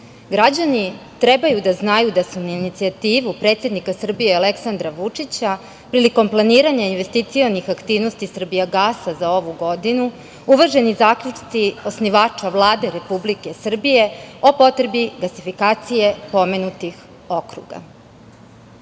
Građani trebaju da znaju da su na inicijativu predsednika Srbije Aleksandra Vučića prilikom planiranja investicionih aktivnosti Srbijagasa za ovu godinu uvaženi zaključci osnivača Vlade Republike Srbije o potrebi gasifikacije pomenutih okruga.S